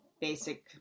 basic